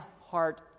heart